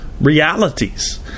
realities